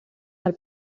del